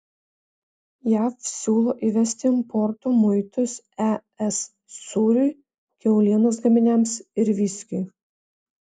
jav siūlo įvesti importo muitus es sūriui kiaulienos gaminiams ir viskiui